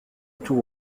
tour